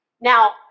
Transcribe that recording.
Now